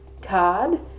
card